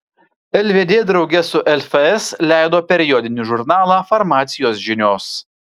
lvd drauge su lfs leido periodinį žurnalą farmacijos žinios